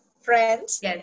friends